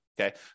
Okay